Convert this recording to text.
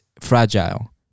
fragile